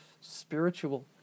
spiritual